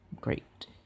great